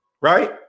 right